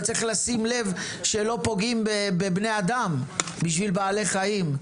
אבל צריך לשים לב שלא פוגעים בבני אדם בשביל בעלי חיים,